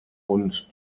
und